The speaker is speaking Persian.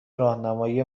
راهنمایی